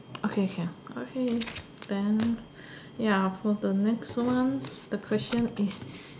okay can okay then ya for the next one the question is